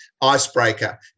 icebreaker